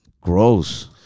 gross